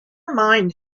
mind